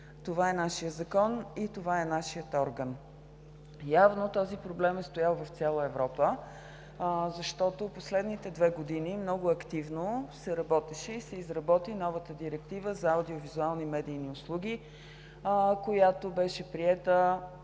това е нашият закон, това е нашият орган. Явно този проблем е стоял в цяла Европа, защото последните две години много активно се работеше и се изработи новата директива за аудио-визуални медийни услуги, която беше приета